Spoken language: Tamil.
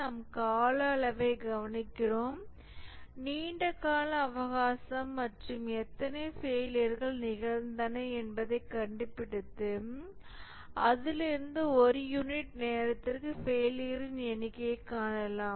நாம் கால அளவைக் கவனிக்கிறோம் நீண்ட கால அவகாசம் மற்றும் எத்தனை ஃபெயிலியர்கள் நிகழ்ந்தன என்பதைக் கண்டுபிடித்து அதிலிருந்து ஒரு யூனிட் நேரத்திற்கு ஃபெயிலியர்களின் எண்ணிக்கையைக் காணலாம்